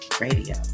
Radio